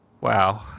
Wow